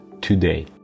today